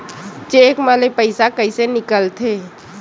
Cheque म ले पईसा कइसे निकलथे?